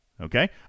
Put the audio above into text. okay